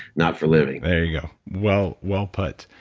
not for living there you go. well well put.